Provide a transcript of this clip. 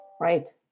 Right